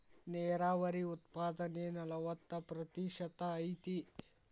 ನೇರಾವರಿ ಉತ್ಪಾದನೆ ನಲವತ್ತ ಪ್ರತಿಶತಾ ಐತಿ